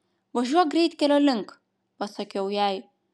važiuok greitkelio link pasakiau jai